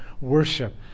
worship